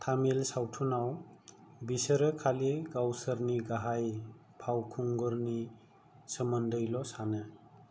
तामिल सावथुनाव बिसोरो खालि गावसोरनि गाहाय फावखुंगुरनि सोमोन्दैल' सानो